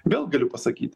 vėl galiu pasakyti